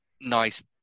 nice